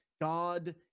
God